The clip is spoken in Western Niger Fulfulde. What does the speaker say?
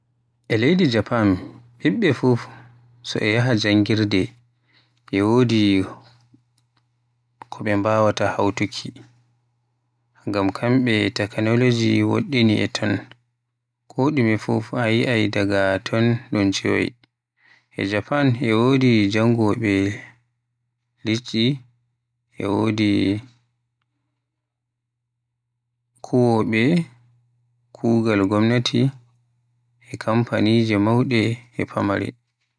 E leydi Japan ɓiɓɓe fuf so e yaha janngirde e wodi ɓe mbawaata hawtuki. Ngam kamɓe takanaloji woɗɗini e ton, ko ɗume fuf a yi'ai daga tun ɗun tciwoy. E Japan e wodi jangowoɓe liɗɗi, e wodi bo kuwoɓe kuugal gomnati e kamfanije Mauɗe e famare.